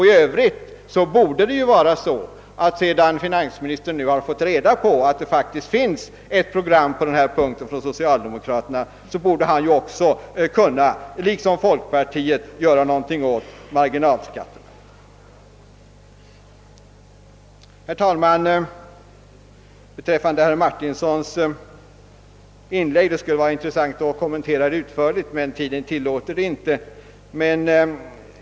I övrigt borde finansministern, sedan han nu har fått reda på att socialdemokraterna faktiskt har ett program på denna punkt, liksom folkpartiet vilja göra någonting åt marginalskatterna. Herr talman! Det skulle vara intressant att utförligt kommentera herr Martinssons inlägg, men tiden tillåter inte det.